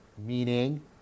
meaning